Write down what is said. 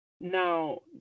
Now